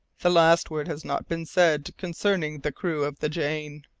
the last word has not been said concerning the crew of the jane.